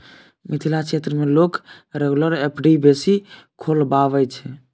मिथिला क्षेत्र मे लोक रेगुलर एफ.डी बेसी खोलबाबै छै